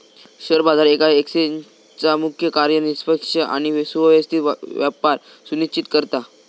share बाजार येका एक्सचेंजचा मुख्य कार्य निष्पक्ष आणि सुव्यवस्थित व्यापार सुनिश्चित करता